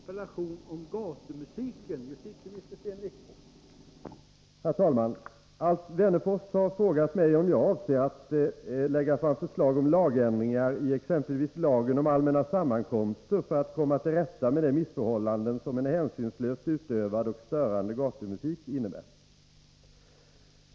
Herr talman! Alf Wennerfors har frågat mig om jag avser att framlägga förslag om lagändringar i exempelvis lagen om allmänna sammankomster för att komma till rätta med de missförhållanden som en hänsynslöst utövad och störande gatumusik innebär.